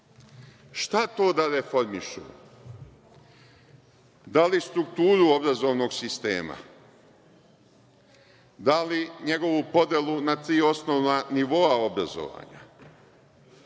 Šta to da reformišu? Da li strukturu obrazovnog sistema? Da li njegovu podelu na tri osnovna nivoa obrazovanja?